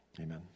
Amen